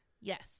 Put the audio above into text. Yes